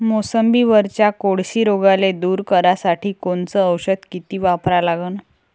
मोसंबीवरच्या कोळशी रोगाले दूर करासाठी कोनचं औषध किती वापरा लागन?